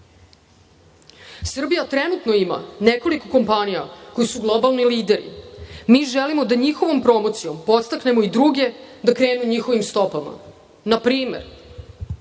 trenutno ima nekoliko kompanija koje su globalni lideri. Mi želimo da njihovom promocijom podstaknemo i druge da krenu njihovim stopama. Npr.